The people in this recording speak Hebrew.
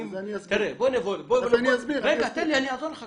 בוא נבודד את